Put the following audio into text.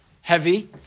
heavy